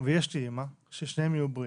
ויש לי אימא, ששניהם יהיו בריאים,